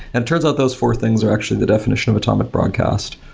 and turns out those four things are actually the definition of atomic broadcast.